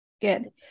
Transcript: Good